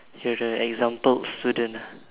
you're the exampled student ah